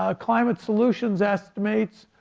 ah climate solutions estimates